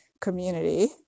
community